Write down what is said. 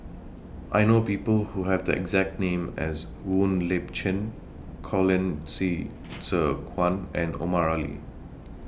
I know People Who Have The exact name as Wong Lip Chin Colin Qi Zhe Quan and Omar Ali